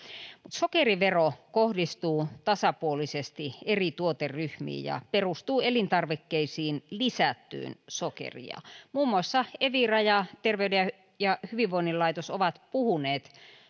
sokerivero kohdistuu tasapuolisesti eri tuoteryhmiin ja perustuu elintarvikkeisiin lisättyyn sokeriin muun muassa evira ja terveyden ja hyvinvoinnin laitos ovat puhuneet